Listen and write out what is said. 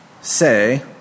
say